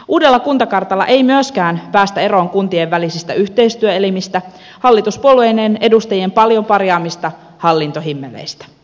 uudella kuntakartalla ei myöskään päästä eroon kuntien välisistä yhteistyöelimistä hallituspuolueiden edustajien paljon parjaamista hallintohimmeleistä